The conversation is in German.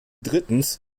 drittens